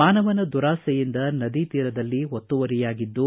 ಮಾನವನ ದುರಾಸೆಯಿಂದ ನದಿ ತೀರದಲ್ಲಿ ಒತ್ತುವರಿಯಾಗಿದ್ದು